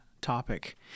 topic